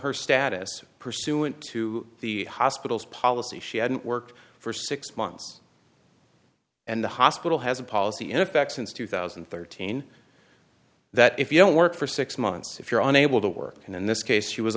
her status pursuant to the hospital's policy she hadn't worked for six months and the hospital has a policy in effect since two thousand and thirteen that if you don't work for six months if you're unable to work in this case she was